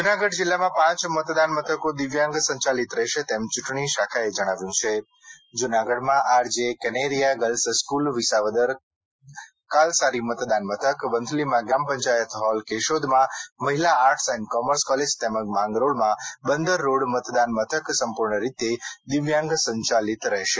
જૂનાગઢ જિલ્લામાં પાંચ મતદાન મથકો દિવ્યાંગ સંચાલિત રહેશે તેમ ચૂંટણી શાખાએ જણાવ્યું છે જૂનાગઢમાં R J Kaneriya girls school Visavadar Kalsari મતદાન મથક વંથલીમાં ગ્રામ પંચાયત હોલ કેશોદમાં મહિલા આર્ટસ એન્ડ કોમર્સ કોલેજ તેમજ માંગરોળમાં બંદર રોડ મતદાન મથક સંપૂર્ણ રીતે દિવ્યાંગ સંચાલિત રહેશે